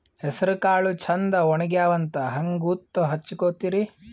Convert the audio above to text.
ಹೆಸರಕಾಳು ಛಂದ ಒಣಗ್ಯಾವಂತ ಹಂಗ ಗೂತ್ತ ಹಚಗೊತಿರಿ?